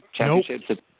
championships